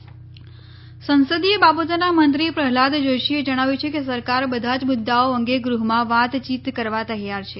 પ્રહલાદ જોશી સંસદીય બાબતોના મંત્રી પ્રહલાદ જોશીએ જણાવ્યું છે કે સરકાર બધા જ મુદ્દાઓ અંગે ગૃહમાં વાતચીત કરવા તૈયાર છે